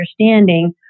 understanding